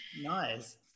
Nice